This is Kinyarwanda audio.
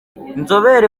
nzobere